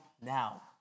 now